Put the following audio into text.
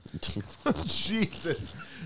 Jesus